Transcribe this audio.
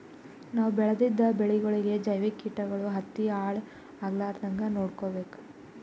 ನಾವ್ ಬೆಳೆದಿದ್ದ ಬೆಳಿಗೊಳಿಗಿ ಜೈವಿಕ್ ಕೀಟಗಳು ಹತ್ತಿ ಹಾಳ್ ಆಗಲಾರದಂಗ್ ನೊಡ್ಕೊಬೇಕ್